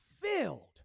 filled